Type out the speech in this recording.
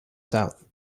south